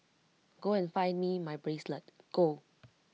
go and find me my bracelet go